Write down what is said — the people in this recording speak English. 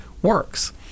works